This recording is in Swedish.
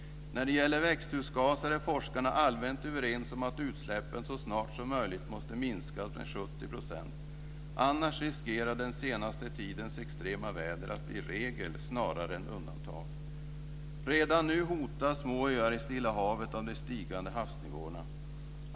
När det gäller växthusgaser är forskarna allmänt överens om att utsläppen så snart som möjligt måste minska med 70 %, annars riskerar den senaste tidens extrema väder att bli regel snarare än undantag. Redan nu hotas små öar i Stilla havet av de stigande havsnivåerna.